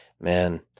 man